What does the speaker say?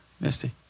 Misty